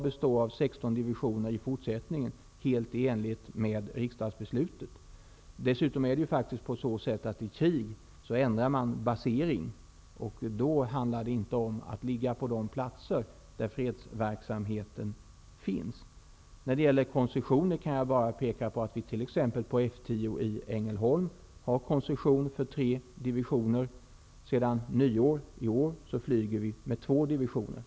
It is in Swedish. Dessutom är det faktiskt så att man i krig ändrar basering, och då blir det inte fråga om de platser där fredsverksamheten finns. När det gäller koncessioner kan jag bara peka på att vi t.ex. på F 10 i Ängelholm har koncession för tre divisioner. Sedan nyår i år flyger vi där med två divisioner.